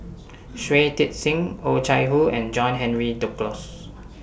Shui Tit Sing Oh Chai Hoo and John Henry Duclos